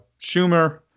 Schumer